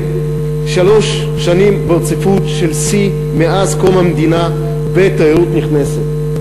שלוש שנים ברציפות של שיא מאז קום המדינה בתיירות נכנסת.